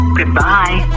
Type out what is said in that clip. Goodbye